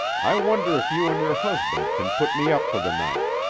i wonder if you and your husband can put me up for the night.